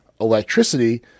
electricity